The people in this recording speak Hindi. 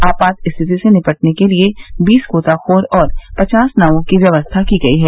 आपात स्थिति से निपटने के लिए बीस गोताखोर और पचास नायों की व्यवस्था की गई है